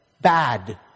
bad